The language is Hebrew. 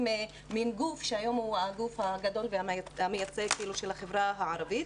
מין גוף שהיום הוא הגוף הגדול והמייצג של החברה הערבית.